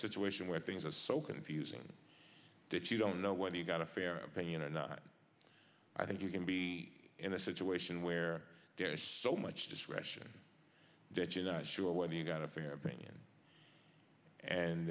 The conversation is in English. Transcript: situation where things are so confusing that you don't know when you've got a fair opinion or not i think you can be in a situation where there's so much discretion that you're not sure when you've got a fair opinion and